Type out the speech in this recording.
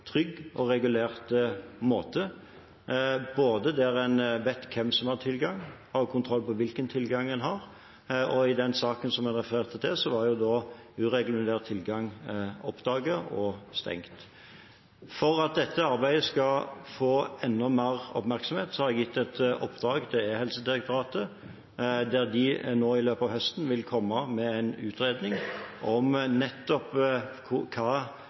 trygg og regulert måte, der en både vet hvem som har tilgang, og har kontroll på hvilken tilgang en har. I den saken som jeg refererte til, var ureglementert tilgang oppdaget og stengt. For at dette arbeidet skal få enda mer oppmerksomhet, har jeg gitt et oppdrag til Direktoratet for e-helse, der de nå i løpet av høsten vil komme med en utredning om nettopp hva